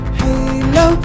halo